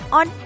on